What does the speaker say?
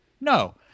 No